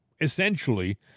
essentially